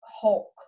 hulk